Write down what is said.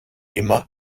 immer